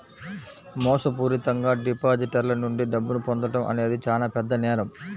మోసపూరితంగా డిపాజిటర్ల నుండి డబ్బును పొందడం అనేది చానా పెద్ద నేరం